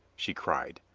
she cried,